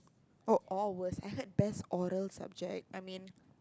oh oh worse I heard best order subject I mean